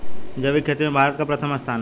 जैविक खेती में भारत का प्रथम स्थान है